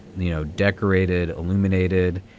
you know, decorated, illuminated.